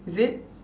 is it